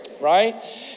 Right